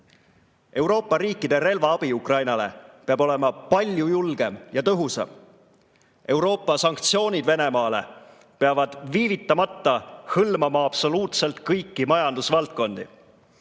Euroopa riikide relvaabi Ukrainale peab olema palju julgem ja tõhusam. Euroopa sanktsioonid Venemaale peavad viivitamata hõlmama absoluutselt kõiki majandusvaldkondi.